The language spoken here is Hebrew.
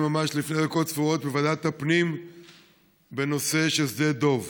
ממש לפני דקות ספורות בנושא שדה דב.